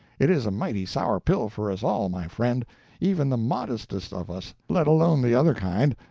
it is a mighty sour pill for us all, my friend even the modestest of us, let alone the other kind,